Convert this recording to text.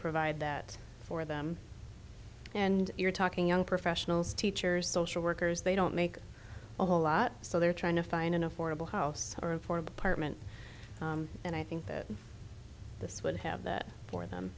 provide that for them and you're talking young professionals teachers social workers they don't make a whole lot so they're trying to find an affordable house or a four apartment and i think that this would have that for them